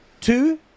Two